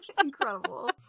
incredible